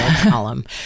column